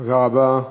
תודה רבה.